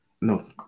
no